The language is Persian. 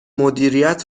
مدیریت